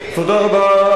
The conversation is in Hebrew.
תודה רבה.